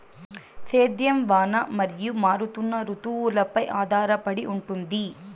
సేద్యం వాన మరియు మారుతున్న రుతువులపై ఆధారపడి ఉంటుంది